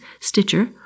Stitcher